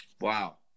wow